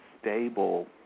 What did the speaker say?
stable